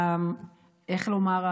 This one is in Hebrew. איך לומר,